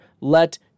let